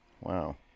Wow